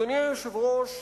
אדוני היושב-ראש,